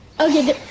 Okay